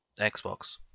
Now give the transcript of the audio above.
Xbox